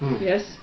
Yes